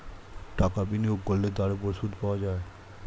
টাকা বিনিয়োগ করলে তার উপর সুদ পাওয়া যায়